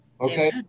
okay